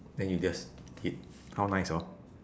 then you just eat how nice hor